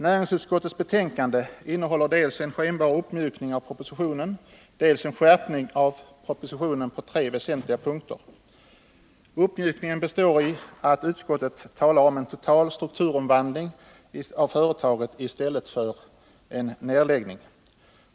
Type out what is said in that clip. Näringsutskottets betänkande innehåller dels en skenbar uppmjukning av propositionen, dels en skärpning av propositionen på tre väsentliga punkter. Uppmjukningen består i att utskottet talar om en total strukturomvandling av företaget i stället för en nedläggning.